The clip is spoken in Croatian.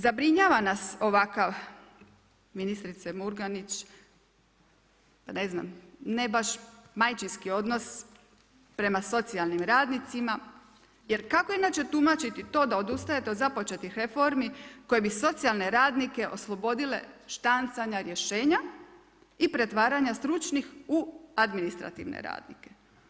Zabrinjava nas ovakav, ministrice Murganić, ne znam, ne baš majčinski odnos, prema socijalnim radnicima, jer kako inače tumačiti to, da odustajete od započetih reformi, koje bi socijalne radnike, oslobodile štancanja rješenja i pretvaranje stručnih u administrativne radnike.